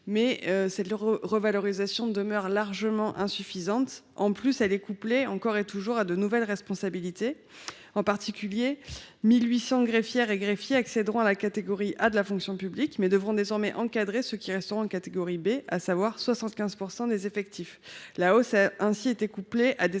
une telle revalorisation demeure largement insuffisante. Qui plus est, elle est couplée encore et toujours à de nouvelles responsabilités. En particulier, 1 800 greffiers accéderont à la catégorie A de la fonction publique, mais devront désormais encadrer ceux qui resteront en catégorie B, à savoir 75 % des effectifs. Associée à des